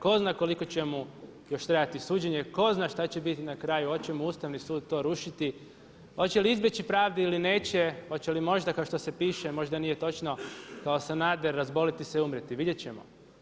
Ko zna koliko će mu još trajati suđenje, ko zna šta će biti na kraju, oće mu Ustavni sud to rušiti, oće li izbjeći pravdu ili neće, oće li možda kao što se piše, možda nije točno kao Sanader razboliti se i umrijeti, vidjet ćemo.